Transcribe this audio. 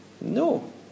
No